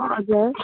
हजुर